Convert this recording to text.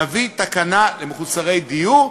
נביא תקנה למחוסרי דיור.